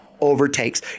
overtakes